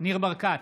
ניר ברקת,